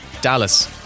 Dallas